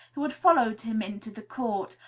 who had followed him into the court,